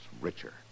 richer